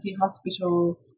Hospital